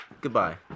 Goodbye